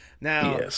Now